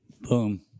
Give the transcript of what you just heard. boom